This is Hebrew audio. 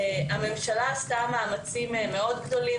הממשלה עשתה מאמצים מאוד גדולים,